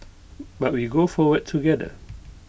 but we go forward together